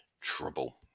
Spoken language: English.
trouble